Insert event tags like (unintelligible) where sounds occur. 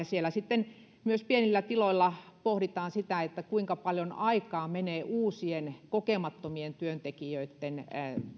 (unintelligible) siellä pienillä tiloilla pohditaan myös sitä kuinka paljon aikaa menee uusien kokemattomien työntekijöitten